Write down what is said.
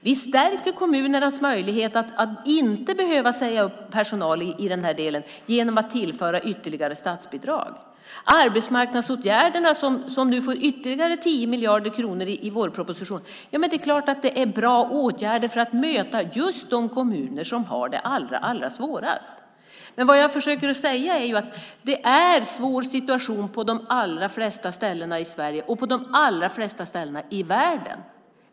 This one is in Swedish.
Vi stärker kommunernas möjligheter när det gäller att inte behöva säga upp personal i den här delen genom att vi tillför ytterligare statsbidrag. Arbetsmarknadsåtgärderna - till dessa kommer ytterligare 10 miljarder kronor i vårpropositionen - är självklart bra åtgärder för att möta just de kommuner som har det allra svårast. Vad jag försöker säga är att situationen är svår på de allra flesta ställen i Sverige och på de allra flesta ställen i världen.